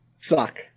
suck